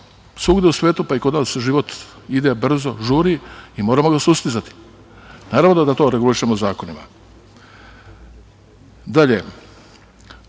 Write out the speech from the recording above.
svuda u svetu, pa i kod nas, život ide brzo, žuri, moramo ga sustizati. Naravno da to regulišemo zakonima. Dalje,